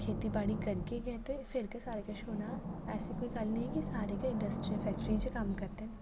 खेतीबाड़ी करगे गै ते फिर गै सारा किश होना ऐसी कोई गल्ल नेईं ऐ कि सारे गै इंडस्ट्री फैक्टरियें च कम्म करदे न